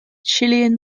chilean